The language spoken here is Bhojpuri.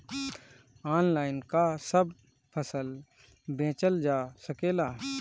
आनलाइन का सब फसल बेचल जा सकेला?